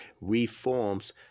reforms